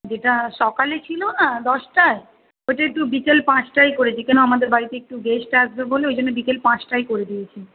যেটা সকালে ছিলো না দশটায় ওটা একটু বিকেল পাঁচটায় করে দিই কেন আমাদের বাড়িতে একটু গেস্ট আসবে বলে ওই জন্য বিকেল পাঁচটায় করে দিয়েছি